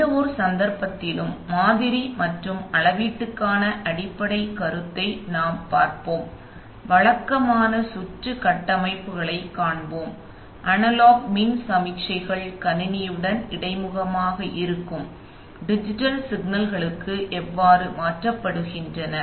எந்தவொரு சந்தர்ப்பத்திலும் மாதிரி மற்றும் அளவீட்டுக்கான அடிப்படைக் கருத்தை நாம் பார்ப்போம் வழக்கமான சுற்று கட்டமைப்புகளைக் காண்போம் அனலாக் மின் சமிக்ஞைகள் கணினியுடன் இடைமுகமாக இருக்கும் டிஜிட்டல் சிக்னல்களுக்கு எவ்வாறு மாற்றப்படுகின்றன